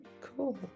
cool